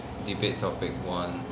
debate topic one